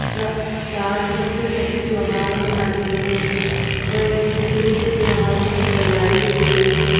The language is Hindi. स साथ मिल कर सभी त्योहार मनाते हैं व एक दूसरों को त्योहारों की बधाई देते हैं